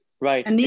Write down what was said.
right